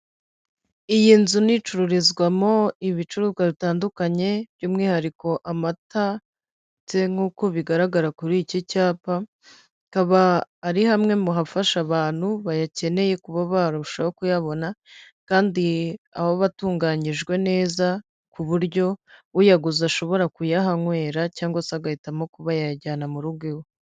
Iyi nzu ni icururizwamo ibicuruzwa bitandukanye, by'umwihariko amata; ndetse nkuko bigaragara kuri iki cyapa hakaba ari hamwe mu hafasha abantu bayakeneye kuba barushaho kuyabona, kandi aho aba atunganyijwe neza ku buryo uyaguze ashobora kuyahanywera cyangwa se agahitamo kuba yayajyana mu rugo iwe.